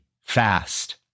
fast